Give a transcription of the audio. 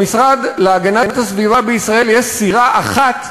למשרד להגנת הסביבה בישראל יש סירה אחת,